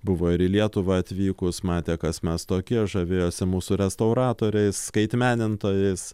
buvo ir į lietuvą atvykus matė kas mes tokie žavėjosi mūsų restauratoriais skaitmenintais